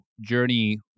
journey